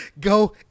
go